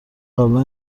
قبلا